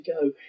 go